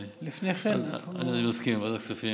אני מסכים להעביר את זה לוועדת הכספים.